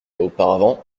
auparavant